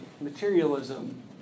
materialism